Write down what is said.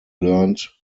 learned